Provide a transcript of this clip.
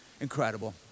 incredible